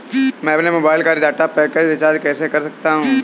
मैं अपने मोबाइल का डाटा पैक कैसे रीचार्ज कर सकता हूँ?